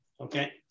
Okay